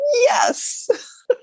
Yes